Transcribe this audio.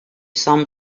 some